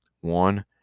one